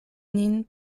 nin